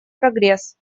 прогресс